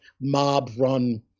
mob-run